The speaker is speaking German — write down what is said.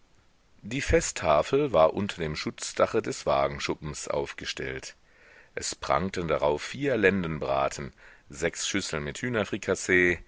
die festtafel war unter dem schutzdache des wagenschuppens aufgestellt es prangten darauf vier lendenbraten sechs schüsseln mit hühnerfrikassee